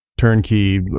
turnkey